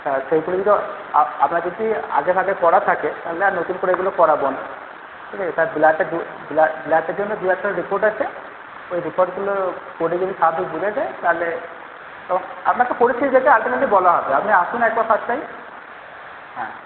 হ্যাঁ সেই পর্যন্ত আপনার যদি আগে ভাগে করা থাকে তাহলে আর নতুন করে এগুলো করাবো না ঠিক আছে ব্লাড ব্লাডের জন্য ব্লাডের দু একটা রিপোর্ট আছে ওই রিপোর্টগুলো করে যদি বোঝা যায় তাহলে আপনাকে পরিস্থিতি দেখে আলটিমেটলি বলা হবে আপনি আসুন একবার ফার্স্ট টাইম হ্যাঁ